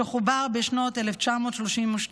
שחובר בשנת 1932,